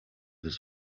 his